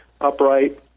upright